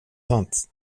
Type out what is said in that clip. sant